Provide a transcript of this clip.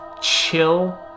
chill